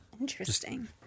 Interesting